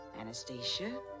Anastasia